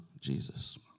Jesus